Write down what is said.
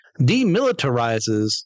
demilitarizes